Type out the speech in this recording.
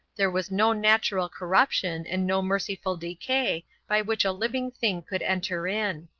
there was no natural corruption and no merciful decay by which a living thing could enter in.